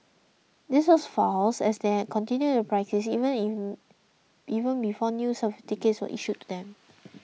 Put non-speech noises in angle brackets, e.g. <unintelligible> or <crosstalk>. this was false as they had all continued their practice even <unintelligible> even before new certificates were issued to them